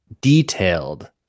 detailed